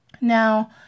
Now